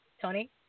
Tony